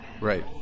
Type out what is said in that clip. right